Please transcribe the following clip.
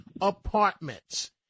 apartments